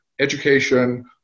education